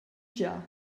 gia